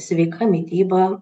sveika mityba